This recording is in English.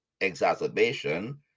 exacerbation